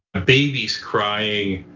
ah babies crying,